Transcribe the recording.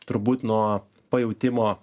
turbūt nuo pajautimo